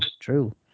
true